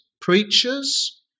preachers